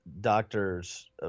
doctors